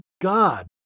God